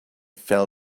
fell